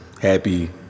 happy